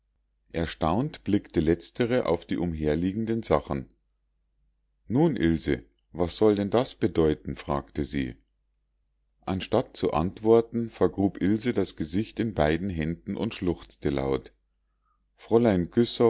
erstaunt blickte letztere auf die umherliegenden sachen nun ilse was soll denn das bedeuten fragte sie anstatt zu antworten vergrub ilse das gesicht in beiden händen und schluchzte laut fräulein